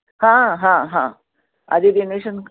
हां हां हां आधी रीनेशन